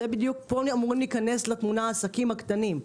זה בדיוק, פה אמורים להיכנס לתמונה העסקים הקטנים.